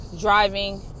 driving